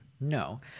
No